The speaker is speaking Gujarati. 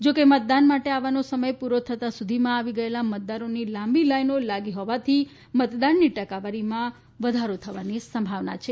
જો કે મતદાન માટે આવવાનો સમય પૂરો થતાં સુધીમાં આવી ગયેલા મતદારોની લાંબી લાઇનો લૉગી હોવાથી મતદાનની ટકાવારીમાં વધારો થવાની સંભાવના છે